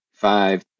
five